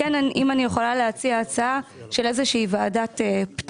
אני רוצה להציע הצעה, של איזו שהיא ועדת פטורים